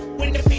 window.